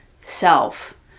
self